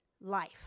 life